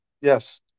yes